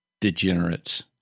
degenerates